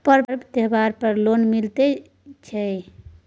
पर्व त्योहार पर लोन मिले छै?